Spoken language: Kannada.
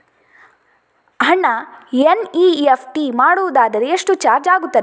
ಹಣ ಎನ್.ಇ.ಎಫ್.ಟಿ ಮಾಡುವುದಾದರೆ ಎಷ್ಟು ಚಾರ್ಜ್ ಆಗುತ್ತದೆ?